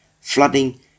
flooding